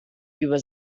über